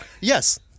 Yes